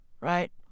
right